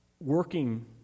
working